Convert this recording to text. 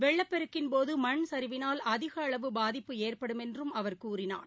வெள்ளப் பெருக்கின் போதமண்சரிவினால் அதிகளவு பாதிப்பு ஏற்படும் என்றும் அவர் கூறினார்